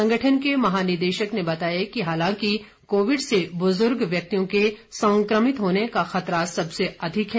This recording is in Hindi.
संगठन के महानिदेशक ने बताया कि हालांकि कोविड से बुजुर्ग व्यक्तियों के संक्रमित होने का खतरा सबसे अधिक है